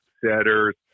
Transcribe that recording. setters